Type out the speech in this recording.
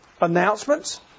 announcements